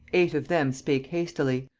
eight of them spake hastily,